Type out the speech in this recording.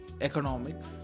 Economics